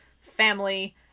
family